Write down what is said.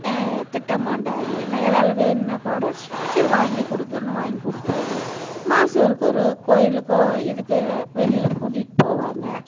திட்டமாட்டார் என்ன எதாவது வேணுன்னாலும் கூட சரி வாங்கிக்கொடுக்குறன்னு வாங்கி கொடுப்பாரு மாதத்துக்கு ஒருக்கா ஒரு கோயிலுக்கோ எதுக்கோ வெளியில் கூட்டிகிட்டு போவாங்க